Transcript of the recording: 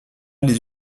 les